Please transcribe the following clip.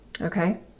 Okay